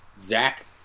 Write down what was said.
Zach